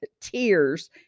tears